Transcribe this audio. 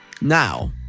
Now